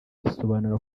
isobanura